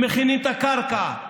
הם מכינים את הקרקע,